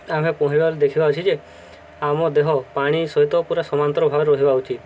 ଆମେ ପହଁରିବା ଦେଖିବା ଅଛି ଯେ ଆମ ଦେହ ପାଣି ସହିତ ପୁରା ସମାନ୍ତରଭାବରେ ରହିବା ଉଚିତ୍